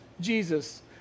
Jesus